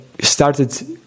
started